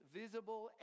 visible